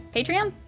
patreon?